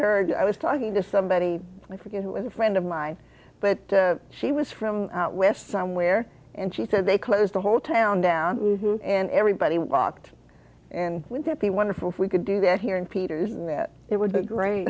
heard i was talking to somebody i forget who is a friend of mine but she was from out west somewhere and she said they closed the whole town down and everybody walked and when tippi wonderful if we could do that here in peter's and that it would be great